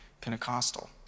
Pentecostal